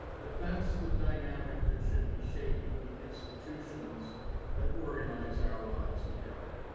that that's the dynamic that should be shaping the institutions that organize our lives together.